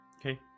Okay